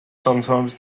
sometimes